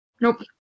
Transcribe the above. nope